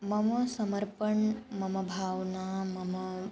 मम समर्पणं मम भावनां मम